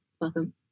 welcome